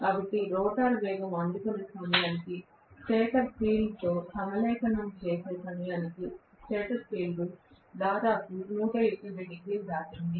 కాబట్టి రోటర్ వేగం అందుకునే సమయానికి స్టేటర్ ఫీల్డ్తో సమలేఖనం చేసే సమయానికి స్టేటర్ ఫీల్డ్ ఇప్పటికే దాదాపు 180 డిగ్రీలు దాటింది